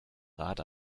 rad